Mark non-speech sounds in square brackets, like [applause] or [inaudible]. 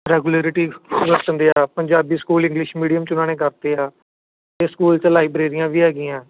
regulatory [unintelligible] Punjabi school English medium 'ਚ ਉਹਨਾਂ ਨੇ ਕਰਤੇ ਆ ਅਤੇ ਸਕੂਲ 'ਚ ਲਾਈਬ੍ਰੇਰੀਆਂ ਵੀ ਹੈਗੀਆਂ